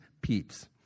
Peeps